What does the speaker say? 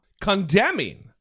condemning